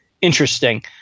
interesting